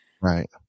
right